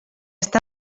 està